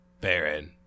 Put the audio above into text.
Baron